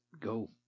go